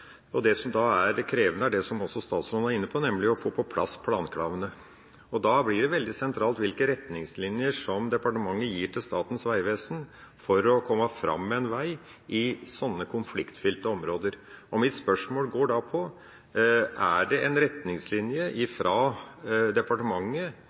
Det som da er det krevende, er – som statsråden også var inne på – å få på plass plankravene, og da blir det veldig sentralt hvilke retningslinjer som departementet gir til Statens vegvesen for å komme fram med en vei i sånne konfliktfylte områder. Mitt spørsmål går da på: Er det en retningslinje fra departementet